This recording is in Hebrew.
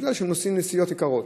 כי הם נוסעים נסיעות יקרות.